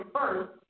first